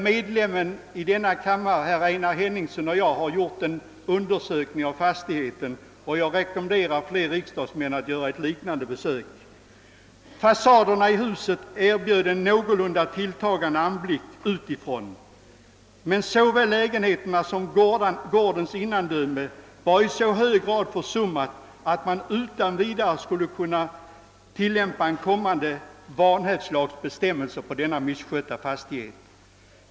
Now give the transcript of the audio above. Ledamoten av denna kammare herr Einar Henningsson och jag har gjort en undersökning av fastigheten, och jag rekommenderar flera ledamöter att göra detsamma. Fasaderna erbjuder en någorlunda tilltalande anblick, men både lägenheterna, övriga innandömen och gården har i så hög grad försummats, att blivande vanhävdslags bestämmelser utan vidare skulle kunna tillämpas för denna misskötta fastighet.